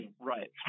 Right